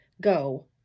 go